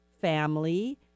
family